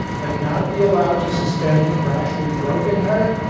but not be allowed to suspend him for actually groping her?